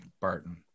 Barton